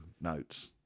notes